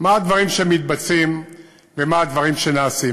מה הדברים שמתבצעים ומה הדברים שנעשים.